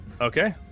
Okay